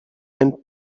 and